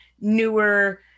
newer